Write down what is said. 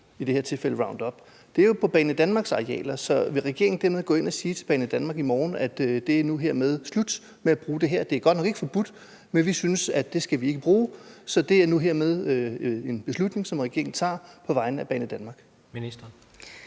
i det her tilfælde Roundup – er jo på Banedanmarks arealer. Vil regeringen dermed i morgen gå ind og sige til Banedanmark: Det er nu hermed slut med at bruge det her; det er godt nok ikke forbudt, men vi synes ikke, at vi skal bruge det, så det er nu hermed en beslutning, som regeringen tager på vegne af Banedanmark? Kl.